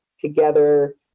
together